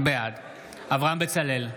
בעד אברהם בצלאל,